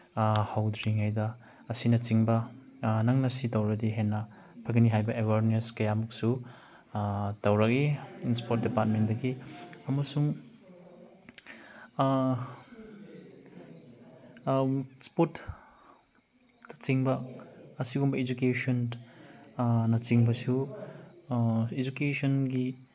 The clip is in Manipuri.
ꯍꯧꯗ꯭ꯔꯤꯉꯩꯗ ꯑꯁꯤꯅꯆꯤꯡꯕ ꯅꯪꯅ ꯁꯤ ꯇꯧꯔꯗꯤ ꯍꯦꯟꯅ ꯐꯒꯅꯤ ꯍꯥꯏꯕ ꯑꯦꯋ꯭ꯌꯔꯅꯦꯁ ꯀꯌꯥꯃꯨꯛꯁꯨ ꯇꯧꯔꯛꯏ ꯏꯁꯄꯣꯔꯠ ꯗꯤꯄꯥꯔꯠꯃꯦꯟꯗꯒꯤ ꯑꯃꯁꯨꯡ ꯏꯁꯄꯣꯔꯠ ꯇꯆꯤꯡꯕ ꯑꯁꯤꯒꯨꯝꯕ ꯏꯖꯨꯀꯦꯁꯟ ꯅꯆꯤꯡꯕꯁꯨ ꯏꯖꯨꯀꯦꯁꯟꯒꯤ